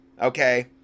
okay